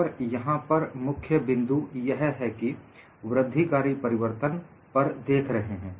और यहां पर मुख्य बिंदु यह है कि वृद्धिकारी परिवर्तन पर देख रहे हैं